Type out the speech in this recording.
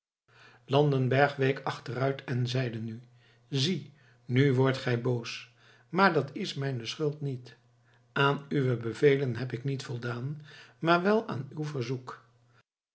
landenberg week achteruit en zeide nu zie nu wordt gij boos maar dat is mijne schuld niet aan uwe bevelen heb ik niet voldaan maar wel aan uw verzoek